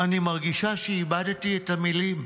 אני מרגישה שאיבדתי את המילים".